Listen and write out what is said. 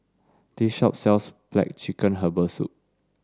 this shop sells black chicken herbal soup